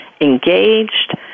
engaged